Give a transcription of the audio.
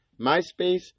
myspace